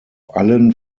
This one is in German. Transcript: allen